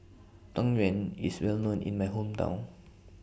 Tang Yuen IS Well known in My Hometown